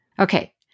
Okay